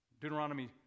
Deuteronomy